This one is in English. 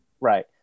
Right